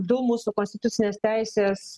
du mūsų konstitucinės teisės